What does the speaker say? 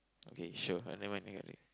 okay sure uh never mind